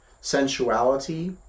sensuality